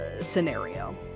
scenario